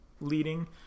leading